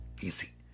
easy